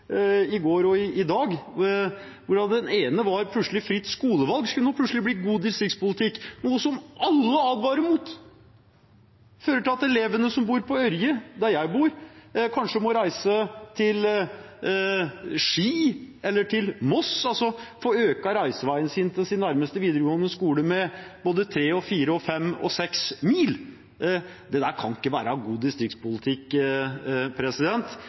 ene var at fritt skolevalg nå plutselig skulle bli god distriktspolitikk – noe som alle advarer mot. Det fører til at elevene som bor på Ørje, der jeg bor, kanskje må reise til Ski eller til Moss, altså få økt reiseveien til sin nærmeste videregående skole med både tre, fire, fem og seks mil. Det kan ikke være god distriktspolitikk.